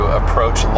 approach